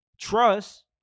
trust